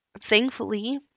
thankfully